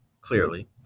clearly